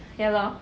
ya lor